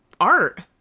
art